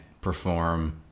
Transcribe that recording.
perform